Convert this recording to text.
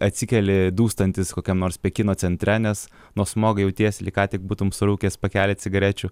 atsikeli dūstantis kokiam nors pekino centre nes nuo smogo jautiesi lyg ką tik būtum surūkęs pakelį cigarečių